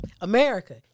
America